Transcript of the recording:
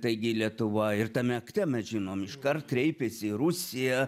taigi lietuva ir tame akte mes žinom iškart kreipėsi į rusiją